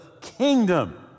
kingdom